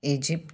Egypt